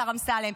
השר אמסלם,